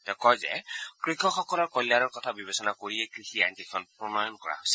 তেওঁ কয় যে কৃষকসকলৰ কল্যাণৰ কথা বিবেচনা কৰিয়েই কৃষি আইন কেইখন প্ৰণয়ন কৰা হৈছে